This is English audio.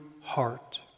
heart